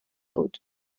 بود